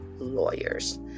Lawyers